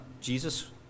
Jesus